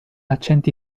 accenti